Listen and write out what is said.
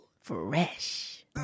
fresh